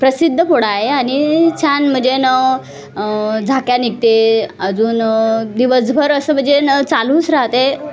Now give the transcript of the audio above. प्रसिद्ध पोळा आहे आणि छान म्हणजे न झाक्या निघते अजून दिवसभर असं म्हणजे न चालूच राहते